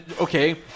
Okay